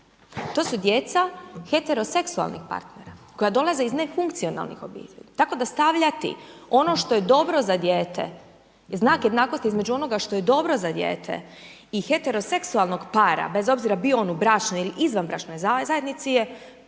to su djeca heteroseksualnih partnera koja dolaze iz nefunkcionalnih obitelji tako da stavljati ono što je dobro za dijete, znak jednakosti između onoga što je dobro za dijete i heteroseksualnog para bez obzira bio on u bračnoj ili izvanbračnoj zajednici je